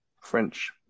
French